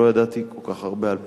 לא ידעתי כל כך הרבה על פעילותו,